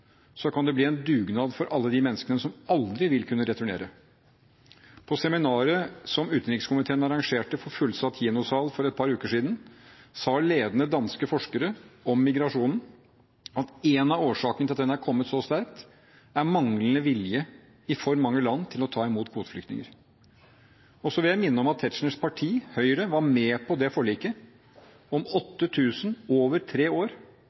så kan det bli en dugnad for alle de menneskene som aldri vil kunne returnere. På seminaret som utenrikskomiteen arrangerte for en fullsatt kinosal for et par uker siden, sa ledende danske forskere at en av årsakene til at migrasjonen er kommet så sterkt, er manglende vilje i for mange land til å ta imot kvoteflyktninger. Så vil jeg minne om at Tetzschners parti, Høyre, var med på forliket om 8 000 flyktninger over tre år,